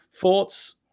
thoughts